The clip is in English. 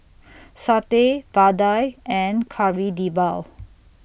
Satay Vadai and Kari Debal